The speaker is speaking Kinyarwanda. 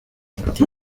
ati